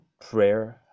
prayer